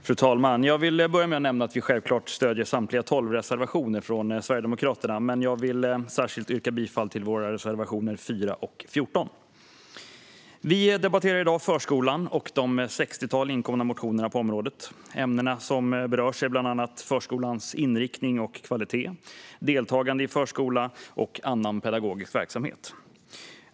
Fru talman! Vi stöder självklart samtliga 12 reservationer från Sverigedemokraterna. Men jag vill yrka bifall särskilt till reservationerna 4 och 14. Vi debatterar i dag förskolan och de sextiotalet inkomna motionerna på området. Ämnen som berörs är bland annat förskolans inriktning och kvalitet, deltagande i förskola samt annan pedagogisk verksamhet.